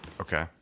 Okay